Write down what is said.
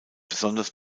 besonders